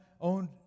owned